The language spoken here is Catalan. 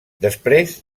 després